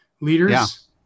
leaders